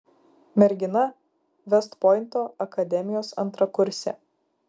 mergina vest pointo akademijos antrakursė